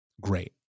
Great